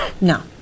No